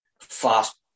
fast